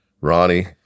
Ronnie